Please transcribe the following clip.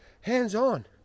hands-on